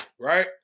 right